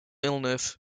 illness